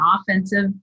offensive